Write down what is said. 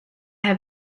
have